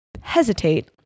hesitate